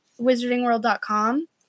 WizardingWorld.com